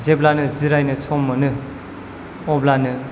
जेब्लानो जिरायनो सम मोनो अब्लानो